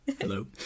hello